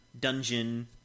dungeon –